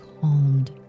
calmed